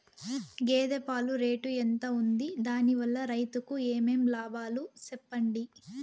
గేదె పాలు రేటు ఎంత వుంది? దాని వల్ల రైతుకు ఏమేం లాభాలు సెప్పండి?